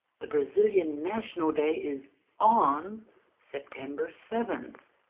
the brazilian national day is on september seven.